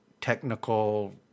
technical